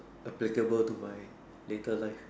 applicable to my later life